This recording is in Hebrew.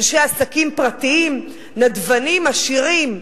אנשי עסקים פרטיים, נדבנים עשירים.